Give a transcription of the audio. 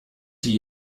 die